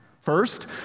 First